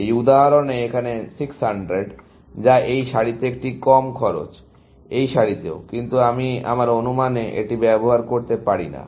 এই উদাহরণে এখানে 600 যা এই সারিতে একটি কম খরচ এই সারিতেও কিন্তু আমি আমার অনুমানে এটি ব্যবহার করতে পারি না